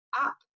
up